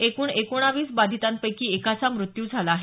एकूण एकोणावीस बाधीतांपैकी एकाचा मृत्यू झाला आहे